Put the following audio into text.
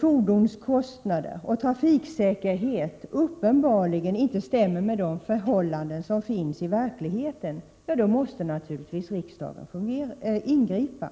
fordonskostnader och trafiksäkerhet uppenbarligen inte stämmer med de förhållanden som finns i verkligheten, då måste naturligtvis riksdagen ingripa.